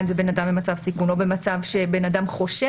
אם זה בן אדם במצב סיכון או במצב שבן אדם חושש,